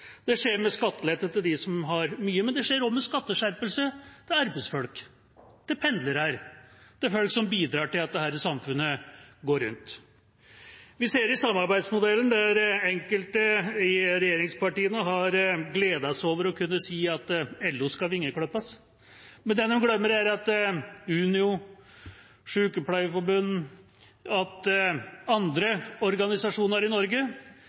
Det skjer med skattelette til dem som har mye, men det skjer også med skatteskjerpelse til arbeidsfolk, til pendlere, til folk som bidrar til at dette samfunnet går rundt. Vi ser det i samarbeidsmodellen, der enkelte i regjeringspartiene har gledet seg over å kunne si at LO skal vingeklippes. Men det de glemmer, er at Unio, Norsk Sykepleierforbund og andre organisasjoner i Norge